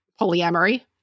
polyamory